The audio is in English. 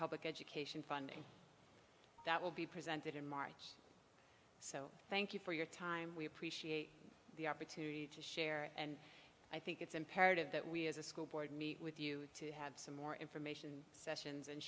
public education funding that will be presented in march so thank you for your time we appreciate the opportunity to share and i think it's imperative that we as a school board meet with you to have some more information sessions and